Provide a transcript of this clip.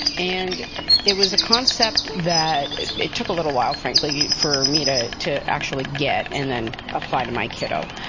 and it was a concept that it it took a little while, frankly, for me to to actually get and then apply to my kiddo